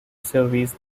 service